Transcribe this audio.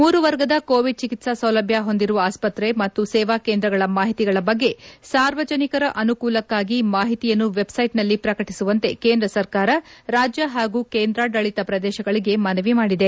ಮೂರು ವರ್ಗದ ಕೋವಿಡ್ ಚಿಕಿತ್ಸಾ ಸೌಲಭ್ವ ಹೊಂದಿರುವ ಆಸ್ವತ್ರೆ ಮತ್ತು ಸೇವಾ ಕೇಂದ್ರಗಳ ಮಾಹಿತಿಗಳ ಬಗ್ಗೆ ಸಾರ್ವಜನಿಕರ ಅನುಕೂಲಕ್ಕಾಗಿ ಮಾಹಿತಿಯನ್ನು ವೆಬ್ಸೈಟ್ನಲ್ಲಿ ಪ್ರಕಟಿಸುವಂತೆ ಕೇಂದ್ರ ಸರ್ಕಾರ ರಾಜ್ಯ ಹಾಗೂ ಕೇಂದ್ರಾಡಳಿತ ಪ್ರದೇಶಗಳಿಗೆ ಮನವಿ ಮಾಡಿದೆ